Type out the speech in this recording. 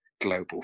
global